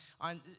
on